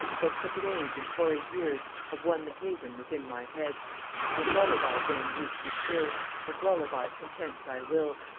for crooked age and hoary years have won the haven within my head with lullaby then youth be still, with lullaby content thy will,